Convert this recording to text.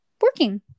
working